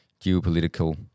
geopolitical